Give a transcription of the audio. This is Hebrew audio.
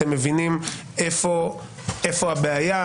אתם מבינים איפה הבעיה?